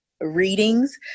readings